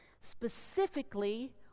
Specifically